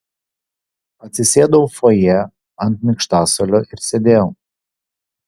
atsisėdau fojė ant minkštasuolio ir sėdėjau